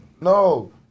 No